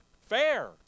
Fair